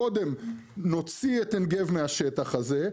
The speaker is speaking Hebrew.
קודם נוציא את עין גב מהשטח הזה,